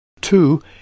two